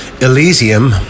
Elysium